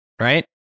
right